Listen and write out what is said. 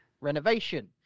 renovation